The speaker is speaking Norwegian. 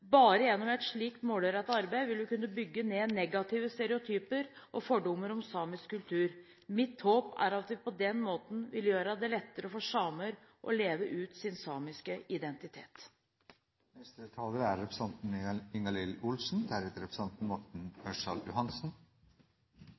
Bare gjennom et slikt målrettet arbeid vil vi kunne bygge ned negative stereotypier og fordommer mot samisk kultur. Mitt håp er at vi på den måten vil gjøre det lettere for samer å leve ut sin samiske identitet.